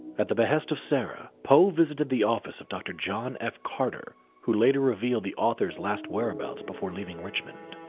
at the behest of sarah, poe visited the office of dr. john f. carter who later revealed the author's last whereabouts before leaving richmond.